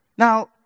Now